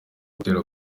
gutera